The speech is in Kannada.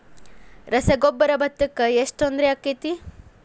ರಸಗೊಬ್ಬರ, ಭತ್ತಕ್ಕ ಎಷ್ಟ ತೊಂದರೆ ಆಕ್ಕೆತಿ?